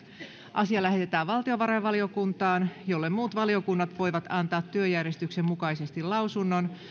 asia lähetetään valtiovarainvaliokuntaan jolle muut valiokunnat voivat antaa työjärjestyksen mukaisesti lausunnon